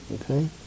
Okay